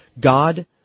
God